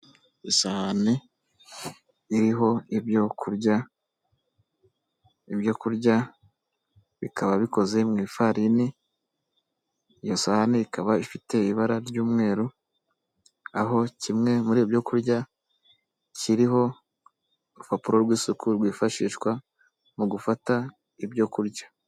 Isahani iriho ibyo kurya, ibyo kurya bikaba bikoze mu ifarini, iyo sahani ikaba ifite ibara ry'umweru, aho kimwe muri ibyo byo kurya kiriho urupapuro rw'isuku rwifashishwa mu gufata ibyo kurya.